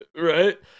right